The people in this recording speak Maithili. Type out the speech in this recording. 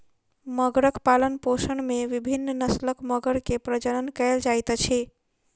मगरक पालनपोषण में विभिन्न नस्लक मगर के प्रजनन कयल जाइत अछि